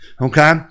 Okay